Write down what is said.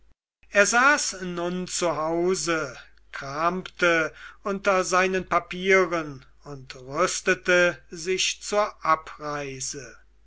er saß nun zu hause kramte unter seinen papieren und rüstete sich zur abreise